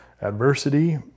adversity